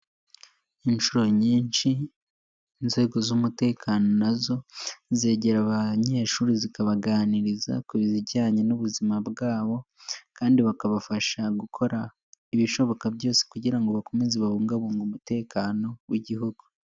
Inshuro nyinshi, inzego z'umutekano na zo zegera abanyeshuri zikabaganiriza ku bijyanye n'ubuzima bwabo kandi bakabafasha gukora ibishoboka byose kugira ngo bakomeze babungabunge umutekano w'igihugu.